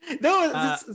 no